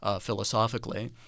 philosophically